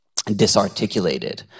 disarticulated